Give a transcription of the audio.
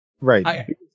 Right